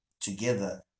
together